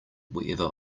wherever